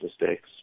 mistakes